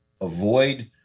avoid